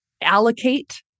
allocate